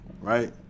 right